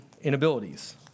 inabilities